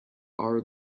are